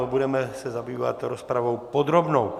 Budeme se zabývat rozpravou podrobnou.